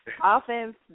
Offense